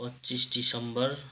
पच्चिस दिसम्बर